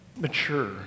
Mature